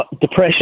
Depression